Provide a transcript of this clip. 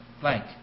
blank